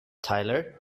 tyler